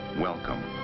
welcome